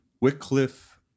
Wycliffe